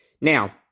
Now